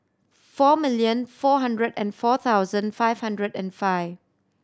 four million four hundred and four thousand five hundred and five